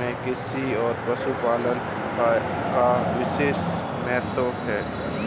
में कृषि और पशुपालन का विशेष महत्त्व है